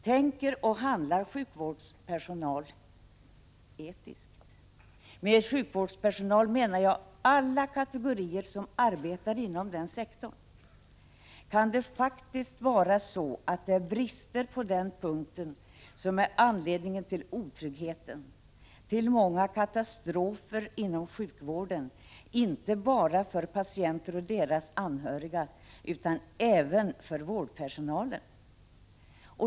Tänker och handlar sjukvårdspersonal etiskt? Med sjukvårdspersonal menar jag nu alla kategorier som arbetar inom den sektorn. Kan det faktiskt vara så att det är brister på den punkten som är anledningen till otryggheten, till många katastrofer inom sjukvården, inte bara för patienter och deras anhöriga utan även för vårdpersonalen?